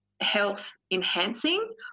health-enhancing